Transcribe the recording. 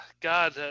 God